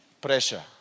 pressure